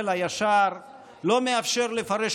אני חושב שהשכל הישר לא מאפשר לפרש